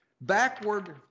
backward